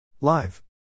Live